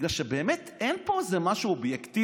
בגלל שבאמת אין פה איזה משהו אובייקטיבי.